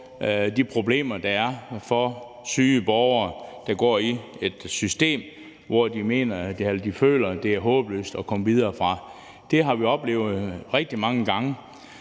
de problemer, der er, for syge borgere, der er i et system, som de føler det er håbløst at komme videre fra. Det har vi oplevet rigtig mange gange,